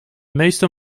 meeste